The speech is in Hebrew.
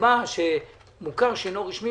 נקבע שמוכר שאינו רשמי,